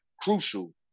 crucial